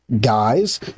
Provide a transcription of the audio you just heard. guys